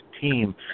team